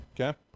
Okay